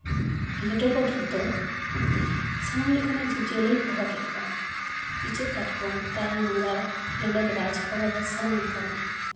ᱞᱤᱴᱟᱹ ᱜᱳᱰᱮᱛ ᱫᱚ ᱥᱟᱱᱟᱢ ᱞᱮᱠᱟᱱᱟᱜ ᱡᱤᱵᱽᱼᱡᱤᱭᱟᱹᱞᱤ ᱦᱚᱦᱚ ᱠᱮᱜ ᱠᱚᱣᱟ ᱤᱪᱟᱹᱜ ᱠᱟᱴᱠᱚᱢ ᱛᱟᱭᱟᱱ ᱢᱟᱜᱟᱲ ᱞᱮᱸᱰᱮᱛ ᱨᱟᱡᱽ ᱦᱚᱨᱚ ᱨᱟᱡᱽ ᱥᱟᱱᱟᱢ ᱞᱮᱠᱟᱱ ᱠᱚ